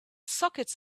sockets